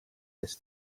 this